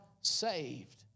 saved